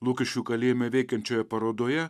lukiškių kalėjime veikiančioje parodoje